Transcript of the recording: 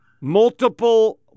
multiple